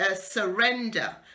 surrender